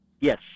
Yes